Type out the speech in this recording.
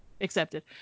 Accepted